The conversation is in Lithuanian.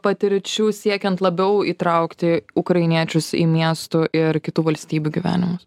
patirčių siekiant labiau įtraukti ukrainiečius į miestų ir kitų valstybių gyvenimus